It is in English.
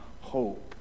hope